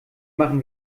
machen